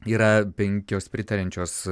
yra penkios pritariančios